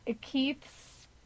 Keith's